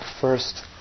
first